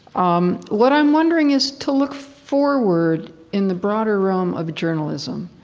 um, what i'm wondering is to look forward in the broader realm of journalism,